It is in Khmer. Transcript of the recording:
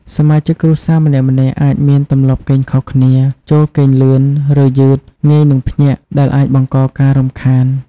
សមាជិកគ្រួសារម្នាក់ៗអាចមានទម្លាប់គេងខុសគ្នា ចូលគេងលឿន ឬយឺត ងាយនឹងភ្ញាក់ ដែលអាចបង្កការរំខាន។